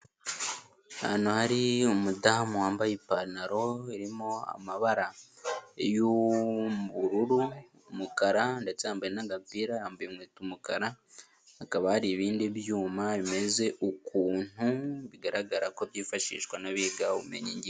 Ahantu hari umudamu wambaye ipantaro irimo amabara y'ubururu, umukara ndetse yambaye n'agapira, yambaye inkweto umukarakaba hari ibindi byuma bimeze ukuntu bigaragara ko byifashishwa n'abiga ubumenyi.